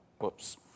whoops